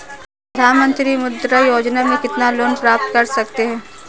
प्रधानमंत्री मुद्रा योजना में कितना लोंन प्राप्त कर सकते हैं?